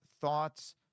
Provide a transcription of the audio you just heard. thoughts